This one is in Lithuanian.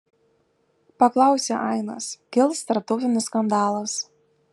paklausė ainas kils tarptautinis skandalas